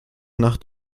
nach